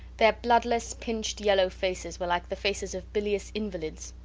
their bloodless, pinched, yellow faces were like the faces of bilious invalids.